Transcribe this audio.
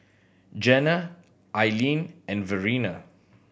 Janna Ailene and Verena